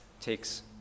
takes